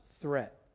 threat